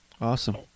Awesome